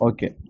Okay